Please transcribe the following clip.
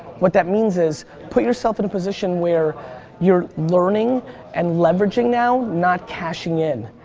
what that means is put yourself in a position where you're learning and leveraging now not cashing in.